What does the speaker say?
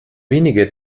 wenige